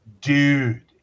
dude